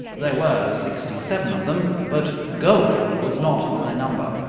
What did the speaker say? there were sixty-seven of them, but gowf was not of their number.